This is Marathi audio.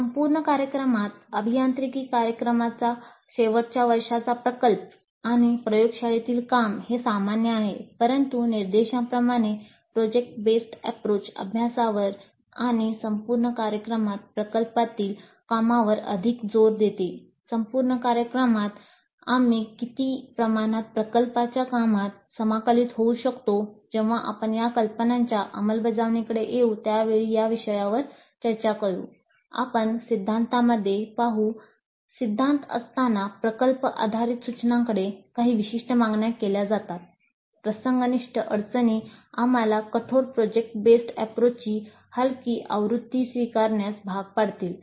संपूर्ण कार्यक्रमात अभियांत्रिकी कार्यक्रमाचा शेवटच्या वर्षांचा प्रकल्प आणि प्रयोगशाळेतील काम हे सामान्य आहे परंतु निर्देशाप्रमाणे प्रकल्प आधारित दृष्टिकोन आपण सिद्धांतामध्ये पाहू सिद्धांत असताना प्रकल्प आधारित सूचनांकडे काही विशिष्ट मागण्या केल्या जातात प्रसंग निष्ठ अडचणी आम्हाला कठोर प्रकल्प आधारित दृष्टिकोनाची हलकी आवृत्ती स्विकारण्यास भाग पाडतील